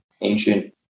ancient